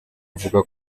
avuga